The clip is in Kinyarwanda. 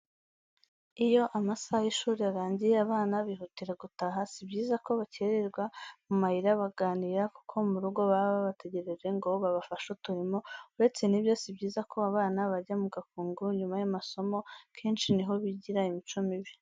Iyo amasaha y'ishuri arangiye abana bihutira gutaha si byiza ko bakererwa mu mayira baganira kuko mu rugo baba babategereje ngo babafashe uturimo, uretse nibyo si byiza ko abana bajya mu gakungu nyuma y'amasomo kenshi niho bigira imico mibi.